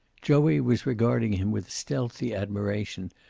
joey was regarding him with stealthy admiration,